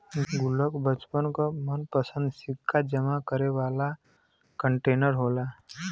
गुल्लक बच्चन क मनपंसद सिक्का जमा करे वाला कंटेनर होला